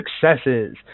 successes